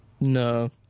No